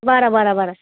बरं बरं बरं